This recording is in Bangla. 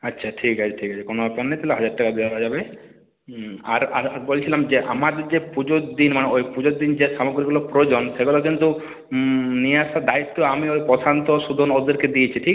আচ্ছা ঠিক আছে ঠিক আছে কোনো ব্যাপার না তাহলে হাজার টাকা দেওয়া যাবে আর আর বলছিলাম যে আমাদের যে পুজোর দিন মানে ওই পুজোর দিন যে সামগ্রীগুলোর প্রয়োজন সেগুলো কিন্তু নিয়ে আসার দায়িত্ব আমি ওই প্রশান্ত সুদন ওদেরকে দিয়েছি ঠিক আছে